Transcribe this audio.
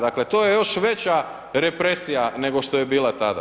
Dakle to je još veća represija nego što je bila tada.